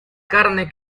carne